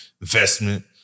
investment